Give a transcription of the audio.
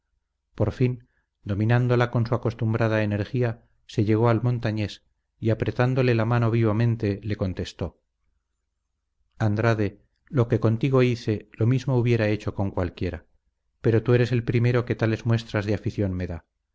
por fin dominándola con su acostumbrada energía se llegó al montañés y apretándole la mano vivamente le contestó andrade lo que contigo hice lo mismo hubiera hecho con cualquiera pero tú eres el primero que tales muestras de afición me da